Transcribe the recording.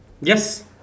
Yes